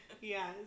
yes